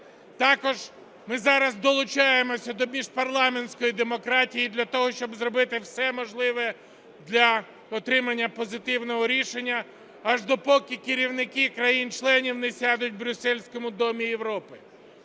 Також ми зараз долучаємося до міжпарламентської демократії для того, щоб зробити все можливе для отримання позитивного рішення, аж допоки керівники країн-членів не сядуть в брюсельському домі Європи.